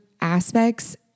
aspects